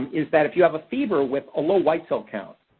is that if you have a fever with a low white cell count,